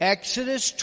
Exodus